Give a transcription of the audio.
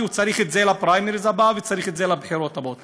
כי הוא צריך את זה לפריימריז הבאים והוא צריך את זה לבחירות הבאות.